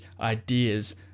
ideas